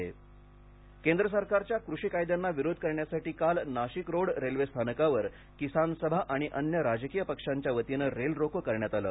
आंदोलन केंद्र सरकारच्या कृषी कायद्यांना विरोध करण्यासाठी काल नाशिकरोड रेल्वे स्थानकावर किसान सभा आणि अन्य राजकिय पक्षांच्या वतीने रेल रोको करण्यात आलं